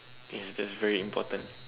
yes that's very important